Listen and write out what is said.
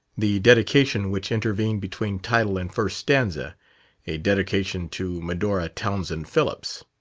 the dedication which intervened between title and first stanza a dedication to medora townsend phillips.